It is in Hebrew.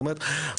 כלומר,